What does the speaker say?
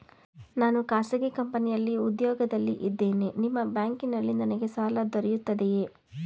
ನಾನು ಖಾಸಗಿ ಕಂಪನಿಯಲ್ಲಿ ಉದ್ಯೋಗದಲ್ಲಿ ಇದ್ದೇನೆ ನಿಮ್ಮ ಬ್ಯಾಂಕಿನಲ್ಲಿ ನನಗೆ ಸಾಲ ದೊರೆಯುತ್ತದೆಯೇ?